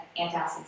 antacids